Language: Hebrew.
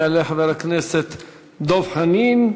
יעלה חבר הכנסת דב חנין.